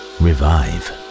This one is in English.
revive